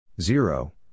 Zero